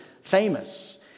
famous